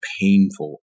painful